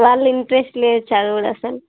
వాళ్ళు ఇంట్రస్ట్ లేదు చదువులో అసలు